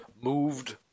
moved